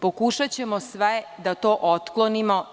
Pokušaćemo sve da to otklonimo.